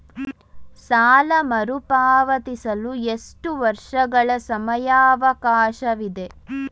ಸಾಲ ಮರುಪಾವತಿಸಲು ಎಷ್ಟು ವರ್ಷಗಳ ಸಮಯಾವಕಾಶವಿದೆ?